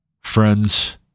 friends